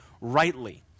rightly